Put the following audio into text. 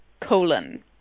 colon